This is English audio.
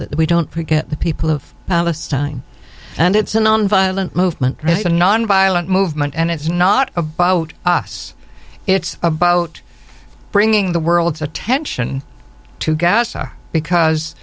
that we don't forget the people of palestine and it's a nonviolent movement it's a nonviolent movement and it's not about us it's about bringing the world's attention to gas are because